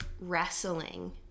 wrestling